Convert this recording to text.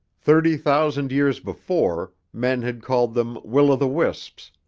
thirty thousand years before, men had called them will-o'-the-wisps,